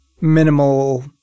minimal